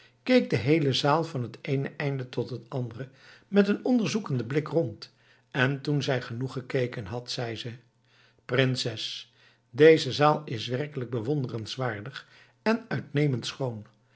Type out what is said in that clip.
keek de heele zaal van het eene eind tot het andere met een onderzoekenden blik rond en toen zij genoeg gekeken had zei ze prinses deze zaal is werkelijk bewonderenswaardig en uitnemend schoon